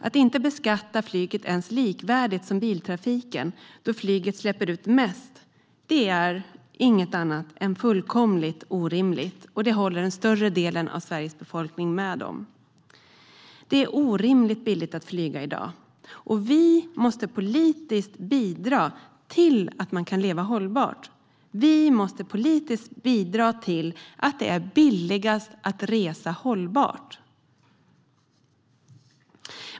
Att inte beskatta flyget ens likvärdigt med biltrafiken, då flyget släpper ut mest, är inget annat än fullkomligt orimligt, och det håller den större delen av Sveriges befolkning med om. Det är orimligt billigt att flyga i dag. Vi måste politiskt bidra till att man kan leva hållbart. Vi måste politiskt bidra till att det är billigast att resa hållbart.